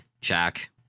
Jack